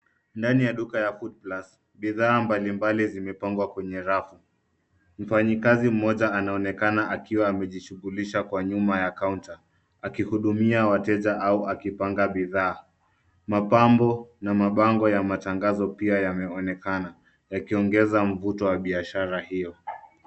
Ndani ya duka ya foodplus kuna bidhaa mbali mbali zimepangwa kwenye rafu. Mfanyikazi mmoja anaonekana akiwa amejishughulisha kwa nyuma ya counter akihudumia wateja au akipanga bidhaa, mapambo na mabango yamatangazo pia yameonekana yakiongeza mvuto wa biashara hiyo.